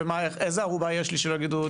איזו ערובה יש שלא יגידו לו-